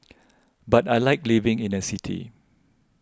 but I like living in a city